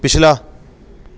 ਪਿਛਲਾ